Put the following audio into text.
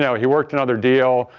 so he worked another deal,